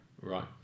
Right